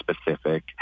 specific